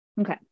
Okay